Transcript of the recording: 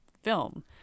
film